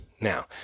Now